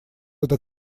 эта